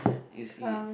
you see